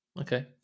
Okay